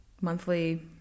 monthly